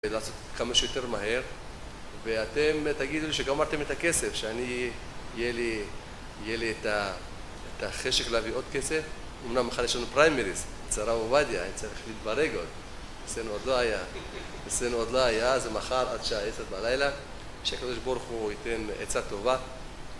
כמה שיותר מהר, ואתם תגידו לי שגמרתם את הכסף, שאני אהיה לי את החשק להביא עוד כסף אמנם מחר יש לנו פריימריס, אצל הרב עובדיה, אני צריך להתברג עוד אצלנו עוד לא היה, אצלנו עוד לא היה, זה מחר, עד שעה עשרת בלילה ושהקדוש ברוך הוא ייתן עצה טובה